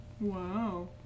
Wow